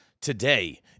Today